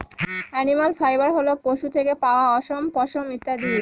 animal fibre হল পশু থেকে পাওয়া অশম, পশম ইত্যাদি